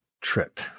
trip